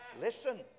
Listen